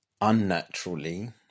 unnaturally